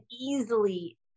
easily